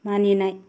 मानिनाय